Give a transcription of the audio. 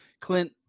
clint